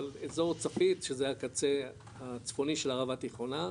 אבל אזור צופית שזה הקצה הצפוני של ערבה תיכונה,